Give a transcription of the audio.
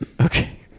okay